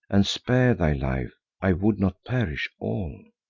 and spare thy life i would not perish all.